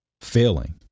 failing